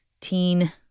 Teen